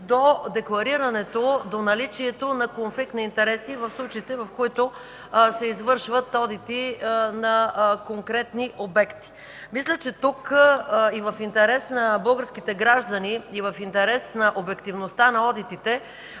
Мисля, че тук и в интерес на българските граждани, и в интерес на обективността на одитите,